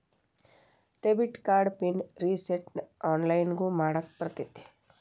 debit card PIN ರಿಸೆಟ್ನ ಆನ್ಲೈನ್ದಗೂ ಮಾಡಾಕ ಬರತ್ತೇನ್